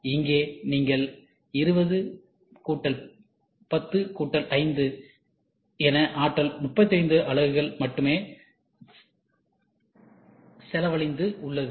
இங்கே நீங்கள் 10205 என ஆற்றல் 35 அலகுகள் மட்டுமே செலவழிந்து உள்ளது